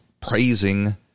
praising